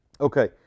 Okay